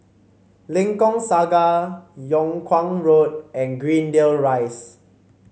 Lengkok Saga Yung Kuang Road and Greendale Rise